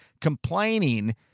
complaining